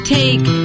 take